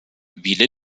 wie